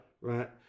right